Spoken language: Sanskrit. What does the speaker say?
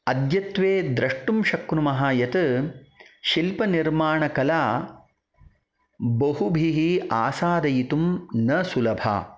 अद्यत्वे द्रष्टुं शक्नुमः यत् शिल्पनिर्माणकला बहुभिः आसादयतुं न सुलभा